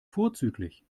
vorzüglich